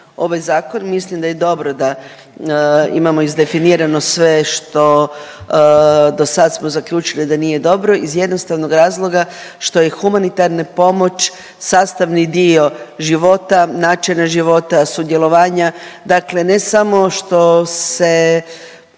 ovaj zakon. Mislim da je dobro da imamo izdefinirano sve što do sad smo zaključili da nije dobro iz jednostavnog razloga što je humanitarna pomoć sastavni dio života, načina života, sudjelovanja. Dakle, ne samo što se